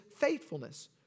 faithfulness